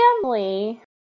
family